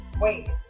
wait